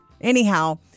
Anyhow